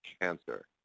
cancer